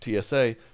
TSA